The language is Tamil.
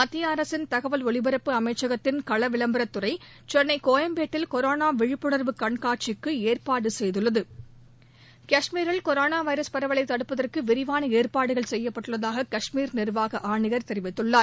மத்திய அரசின் தகவல் ஒலிபரப்பு அமைச்சகத்தின் கள விளம்பரத் துறை சென்னை கோயம்பேட்டில் கொரோனா விழிப்புணர்வு கண்காட்சிக்கு ஏற்பாடு செய்துள்ளது கஷ்மீரில் கொரோனா வைரஸ் பரவலை தடுபப்பதற்கு விரிவான ஏற்பாடுகள் செய்யப்பட்டுள்ளதாக கஷ்மீர் நிர்வாக ஆணையர் தெரிவித்துள்ளார்